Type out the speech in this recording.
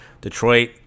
detroit